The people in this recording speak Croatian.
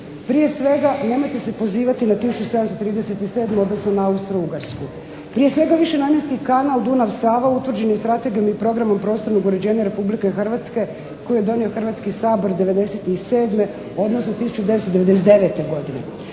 Prije svega, nemojte se pozivati na 1737 odnosno na Austro-ugarsku. Prije svega, višenamjenski kanal Dunav – Sava utvrđen je strategijom i programom prostornog uređenja Republike Hrvatske koji je donio Hrvatski sabor '97. odnosno 1999. godine.